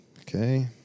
Okay